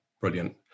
brilliant